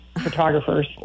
photographers